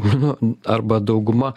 nu arba dauguma